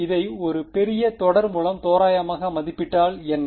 இதை ஒரு பெரிய தொடர் மூலம் தோராயமாக மதிப்பிட்டால் என்ன